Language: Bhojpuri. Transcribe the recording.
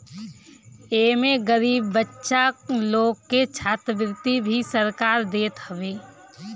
एमे गरीब बच्चा लोग के छात्रवृत्ति भी सरकार देत हवे